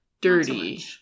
dirty